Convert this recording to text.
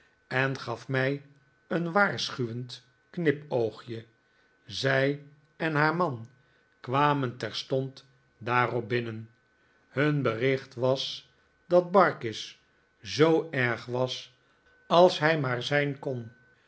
en gaf mij een waarschuwend knipoogje zij en haar man kwamen terstond daarop binnen hun bericht was dat barkis zoo erg was als hij maar zijn kon